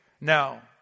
now